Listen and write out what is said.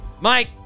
Mike